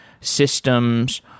systems